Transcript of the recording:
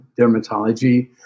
dermatology